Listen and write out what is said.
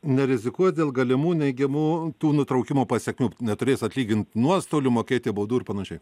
nerizikuot dėl galimų neigiamų tų nutraukimo pasekmių neturės atlygint nuostolių mokėti baudų ir panašiai